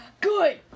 Good